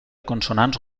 consonants